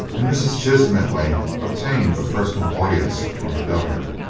and mrs. chisholm at length obtained a personal audience from the governor,